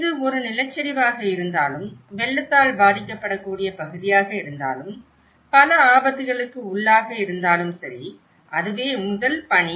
இது ஒரு நிலச்சரிவாக இருந்தாலும் வெள்ளத்தால் பாதிக்கப்படக்கூடிய பகுதியாக இருந்தாலும் பல ஆபத்துக்களுக்கு உள்ளாக இருந்தாலும் சரி அதுவே முதல் பணி